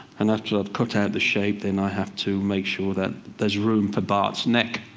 and after i've cut out the shape, then i have to make sure that there is room for bart's neck.